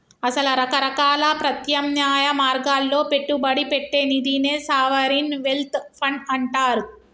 అసల రకరకాల ప్రత్యామ్నాయ మార్గాల్లో పెట్టుబడి పెట్టే నిదినే సావరిన్ వెల్త్ ఫండ్ అంటారు